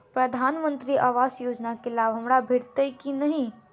प्रधानमंत्री आवास योजना केँ लाभ हमरा भेटतय की नहि?